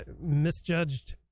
misjudged